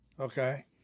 Okay